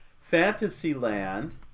fantasyland